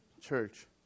church